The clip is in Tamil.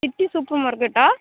சிட்டி சூப்பர் மார்க்கெட்டா